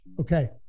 Okay